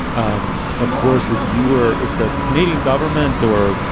um of course, if you were if the canadian government or,